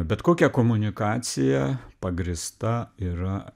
bet kokia komunikacija pagrįsta yra